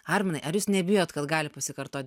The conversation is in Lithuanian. arminai ar jūs nebijot kad gali pasikartot